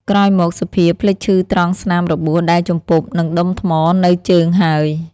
ក្រោយមក សុភាភ្លេចឈឺត្រង់ស្នាមរបួសដែលជំពប់នឹងដុំថ្មនៅជើងហើយ ។